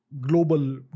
global